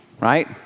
right